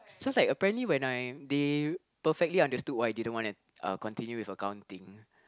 so like apparently when I they perfectly understood why I didn't want uh continue with accounting